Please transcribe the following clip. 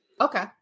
Okay